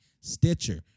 Stitcher